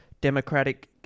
Democratic